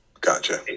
Gotcha